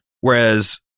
whereas